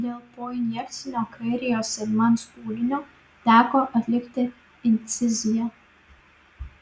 dėl poinjekcinio kairiojo sėdmens pūlinio teko atlikti inciziją